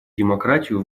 демократию